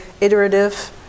iterative